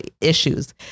issues